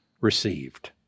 received